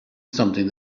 something